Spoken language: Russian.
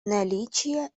наличия